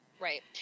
Right